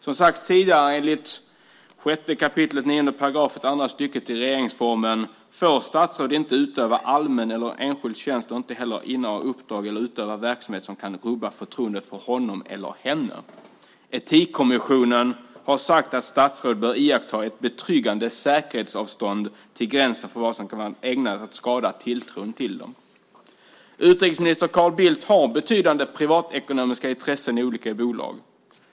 Som sagts tidigare får statsråd enligt 6 kap. 9 § andra stycket regeringsformen inte utöva allmän eller enskild tjänst och inte heller inneha uppdrag eller utöva verksamhet som kan rubba förtroende för honom eller henne. Etikkommissionen har sagt att statsråd bör iaktta ett betryggande säkerhetsavstånd till gränsen för vad som kan vara ägnat att skada tilltron till dem. Utrikesminister Carl Bildt har betydande privatekonomiska intressen i olika bolag.